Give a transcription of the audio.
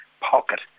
pocket